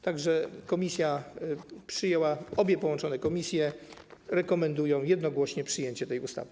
Tak że komisja przyjęła, obie połączone komisje rekomendują jednogłośnie przyjęcie tej ustawy.